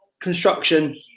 Construction